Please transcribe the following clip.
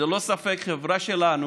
ללא ספק החברה שלנו,